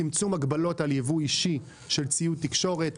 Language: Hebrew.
צמצום הגבלות על ייבוא אישי של ציוד תקשורת